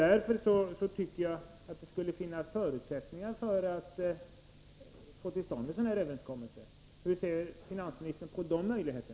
Därför borde det finnas förutsättningar för att få till stånd en överenskommelse. Hur ser finansministern på dessa möjligheter?